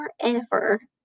forever